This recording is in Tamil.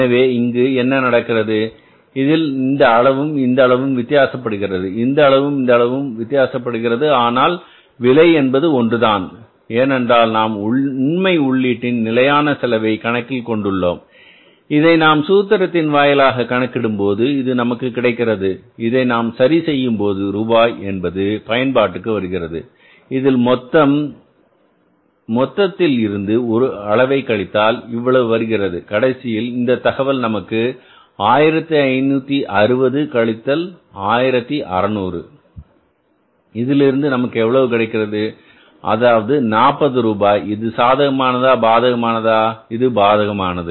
எனவே இங்கு என்ன நடக்கிறது இதில் இந்த அளவும் இந்த அளவும் வித்தியாசப்படுகிறது இந்த அளவும் இந்த அளவும் வித்தியாசப்படுகிறது ஆனால் விலை என்பது ஒன்றுதான் ஏனென்றால் நாம் உண்மை வெளியீட்டின் நிலையான செலவை கணக்கில் கொண்டுள்ளோம் இதை நாம் சூத்திரத்தின் வாயிலாக கணக்கிடும்போது இது நமக்கு கிடைக்கிறது இதை நாம் சரி செய்யும் போது ரூபாய் என்பது பயன்பாட்டுக்கு வருகிறது இதில் மொத்தத்தில் இருந்து ஒரு அளவை கழித்தால் இவ்வளவு வருகிறது கடைசியில் இந்த தகவல் நமக்கு 1560 கழித்தல் 1600 இதிலிருந்து நமக்கு எவ்வளவு கிடைக்கிறது அதாவது 40 ரூபாய் இது சாதகமானதா பாதகமான தா இது பாதகமானது